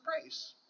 praise